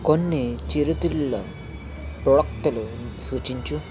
కొన్ని చిరుతిళ్ళ ప్రోడక్టులు సూచించు